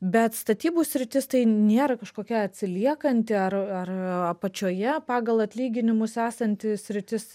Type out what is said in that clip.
bet statybų sritis tai nėra kažkokia atsiliekanti ar ar apačioje pagal atlyginimus esanti sritis